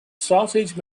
sausage